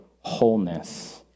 wholeness